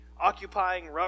occupying